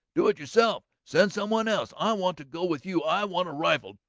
do it yourself send some one else. i want to go with you i want a rifle,